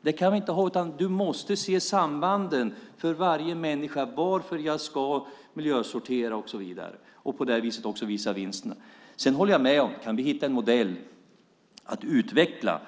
Vi kan inte ha det så, utan vi måste se sambanden för människor, varför de ska miljösortera och så vidare, och på det viset också visa på vinsterna. Jag håller med om att om vi kan hitta en modell att utveckla